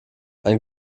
ein